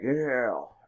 Inhale